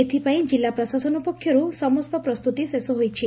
ଏଥ୍ପାଇଁ ଜିଲ୍ଲା ପ୍ରଶାସନ ପକ୍ଷରୁ ସମସ୍ତ ପ୍ରସ୍ତୁତି ଶେଷ ହୋଇଛି